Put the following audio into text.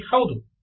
ವಿದ್ಯಾರ್ಥಿ ಹೌದು